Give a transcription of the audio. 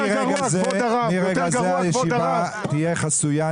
מרגע זה הישיבה תהיה חסויה,